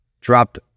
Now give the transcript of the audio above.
dropped